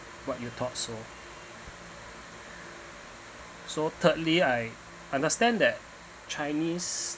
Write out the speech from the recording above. what your thoughts so so thirdly I understand that chinese